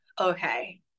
okay